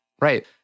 right